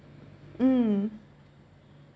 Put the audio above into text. mm